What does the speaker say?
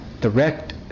direct